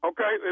Okay